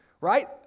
right